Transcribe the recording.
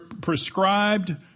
prescribed